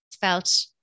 felt